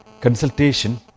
consultation